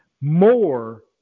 more